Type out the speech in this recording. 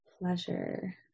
pleasure